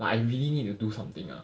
but I really need to do something ah